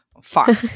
fine